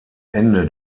ende